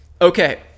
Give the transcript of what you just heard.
okay